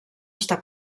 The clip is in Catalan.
està